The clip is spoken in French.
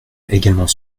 également